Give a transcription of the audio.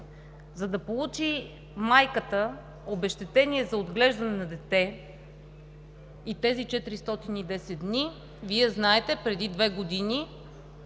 За да получи майката обезщетение за отглеждане на дете и тези 410 дни, Вие знаете, преди две години,